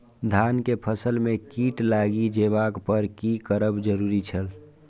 धान के फसल में कीट लागि जेबाक पर की करब जरुरी छल?